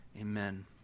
Amen